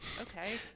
Okay